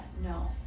no